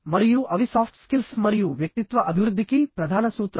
మరియు అవి soft skills మరియు వ్యక్తిత్వ అభివృద్ధికి ప్రధాన సూత్రాలు